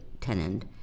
tenant